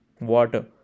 water